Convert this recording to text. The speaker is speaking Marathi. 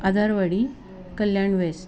आदारवाडी कल्याण वेस्ट